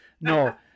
No